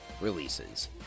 Releases